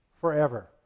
forever